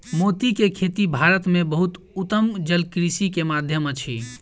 मोती के खेती भारत में बहुत उत्तम जलकृषि के माध्यम अछि